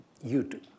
YouTube